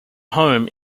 home